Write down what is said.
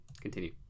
Continue